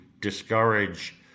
discourage